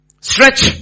Stretch